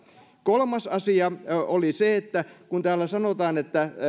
kolmas asia oli se että kun täällä sanotaan että